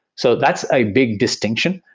so that's a big distinction,